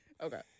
Okay